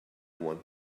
one